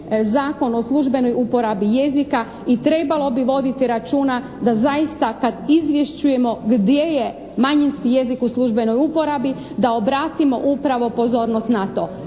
Zakon o službenoj uporabi jezika i trebalo bi voditi računa da zaista kad izvješćujemo gdje je manjinski jezik u službenoj uporabi, da obratimo upravo pozornost na to.